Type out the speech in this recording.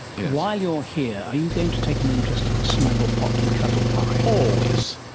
while you are here are you going to take an interest in snugglepot and cuddlepie? always.